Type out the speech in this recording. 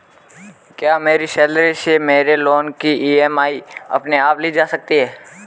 क्या मेरी सैलरी से मेरे लोंन की ई.एम.आई अपने आप ली जा सकती है?